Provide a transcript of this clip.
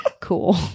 Cool